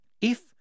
If